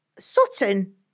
Sutton